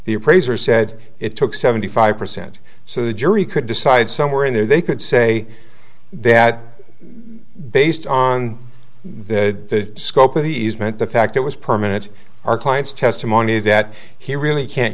the appraiser said it took seventy five percent so the jury could decide somewhere in there they could say that based on the scope of the easement the fact it was permanent our client's testimony that he really can't